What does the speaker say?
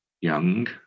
young